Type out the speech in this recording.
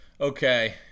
okay